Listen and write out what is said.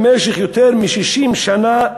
במשך יותר מ-60 שנה,